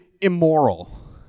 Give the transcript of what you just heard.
immoral